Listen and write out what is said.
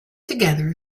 together